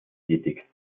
tätig